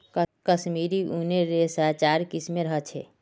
कश्मीरी ऊनेर रेशा चार किस्मेर ह छे